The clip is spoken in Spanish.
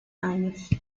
años